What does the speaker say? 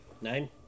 Nine